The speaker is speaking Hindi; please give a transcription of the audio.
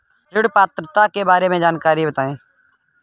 ऋण पात्रता के बारे में जानकारी बताएँ?